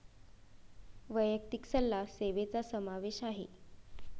वैयक्तिक सल्ला सेवेचा समावेश आहे